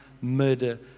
murder